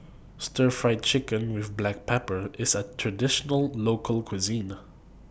Stir Fried Chicken with Black Pepper IS A Traditional Local Cuisine